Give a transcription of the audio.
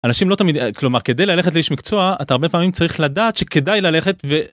אנשים לא תמיד, כלומר כדי ללכת לאיש מקצוע, אתה הרבה פעמים צריך לדעת שכדאי ללכת ו...